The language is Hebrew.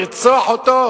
לרצוח אותו,